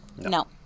No